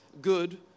good